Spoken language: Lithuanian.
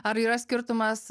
ar yra skirtumas